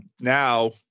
now